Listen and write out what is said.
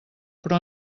però